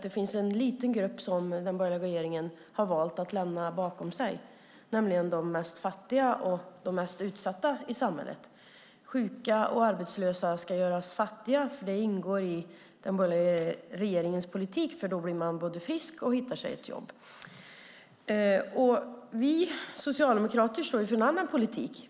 Det finns en liten grupp som den borgerliga regeringen har valt att lämna bakom sig, nämligen de fattigaste och mest utsatta i samhället. Sjuka och arbetslösa ska göras fattiga - det ingår i den borgerliga regeringens politik - för då blir man både frisk och hittar ett jobb. Vi socialdemokrater står för en annan politik.